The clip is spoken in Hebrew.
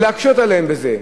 להקשות עליהם בזה.